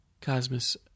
Cosmos